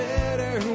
better